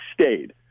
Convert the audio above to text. stayed